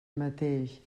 mateix